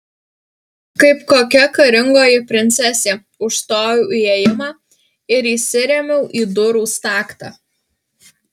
kaip kokia karingoji princesė užstojau įėjimą ir įsirėmiau į durų staktą